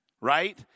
right